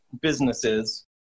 businesses